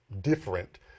different